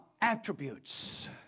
attributes